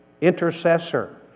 intercessor